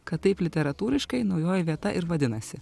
kad taip literatūriškai naujoji vieta ir vadinasi